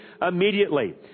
immediately